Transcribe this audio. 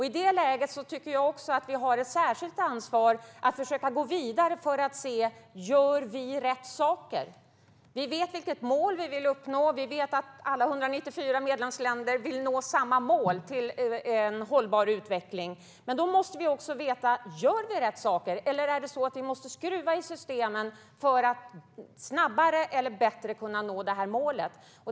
I det läget tycker jag att vi har ett särskilt ansvar för att försöka gå vidare för att se: Gör vi rätt saker? Vi vet vilket mål vi vill uppnå. Vi vet att alla 194 medlemsländer vill nå samma mål, en hållbar utveckling. Men då måste vi också veta om vi gör rätt saker eller om vi måste skruva i systemen för att snabbare eller bättre kunna nå målet.